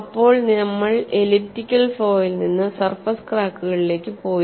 അപ്പോൾ നമ്മൾ എലിപ്റ്റിക്കൽ ഫ്ലോയിൽ നിന്ന് സർഫേസ് ക്രാക്കുകളിലേക്ക് പോയി